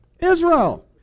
Israel